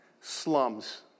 slums